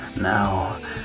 Now